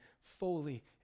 fully